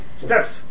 steps